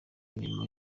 imirima